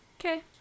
Okay